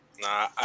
Nah